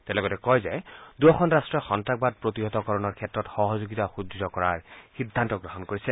তেওঁ লগতে কয় যে দুয়োখন ৰাষ্ট্ৰই সন্নাসবাদ প্ৰতিহতকৰণৰ ক্ষেত্ৰত সহযোগিতা সুদ্ঢ় কৰাৰ সিদ্ধান্ত গ্ৰহণ কৰিছে